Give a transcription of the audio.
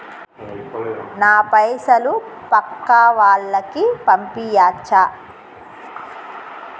నా పైసలు పక్కా వాళ్ళకు పంపియాచ్చా?